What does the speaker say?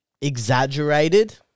exaggerated